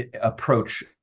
approach